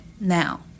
now